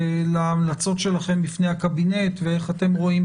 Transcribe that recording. להמלצות שלכם בפני הקבינט ואיך אתם רואים